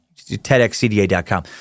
TEDxcda.com